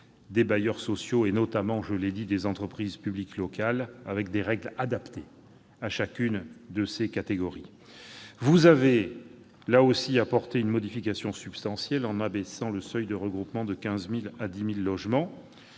des bailleurs sociaux, notamment des entreprises publiques locales, pour lesquels des règles adaptées ont été définies. Vous avez, là aussi, apporté une modification substantielle en abaissant le seuil de regroupement de 15 000 à 10 000 logements.